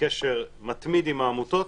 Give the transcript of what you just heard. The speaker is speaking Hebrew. בקשר מתמיד עם העמותות,